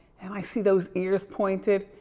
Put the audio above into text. and i see those ears pointed,